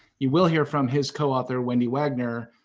you will hear from his coauthor, wendy wagner,